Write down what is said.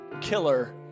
Killer